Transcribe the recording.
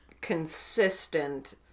consistent